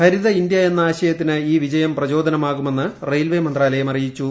ഹരിത India എന്ന ആശയത്തിന് ഈ വിജയം പ്രചോദനമാകുമെന്ന് റെയിൽവേ മന്ത്രാലയം അറിയിച്ചു